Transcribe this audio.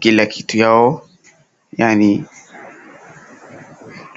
kila kitu yao yaani......